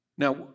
Now